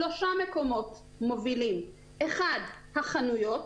שלושה מקומות מובילים: 1. החנויות.